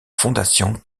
fondation